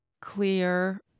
clear